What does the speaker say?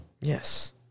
Yes